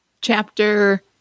chapter